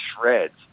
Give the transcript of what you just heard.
shreds